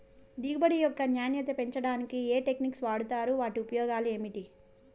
దిగుబడి యొక్క నాణ్యత పెంచడానికి ఏ టెక్నిక్స్ వాడుతారు వాటి ఉపయోగాలు ఏమిటి?